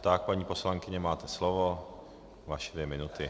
Tak, paní poslankyně, máte slovo, vaše dvě minuty.